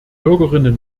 bürgerinnen